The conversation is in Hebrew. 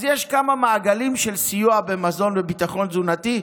אז יש כמה מעגלים של סיוע במזון וביטחון תזונתי.